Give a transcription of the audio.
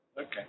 Okay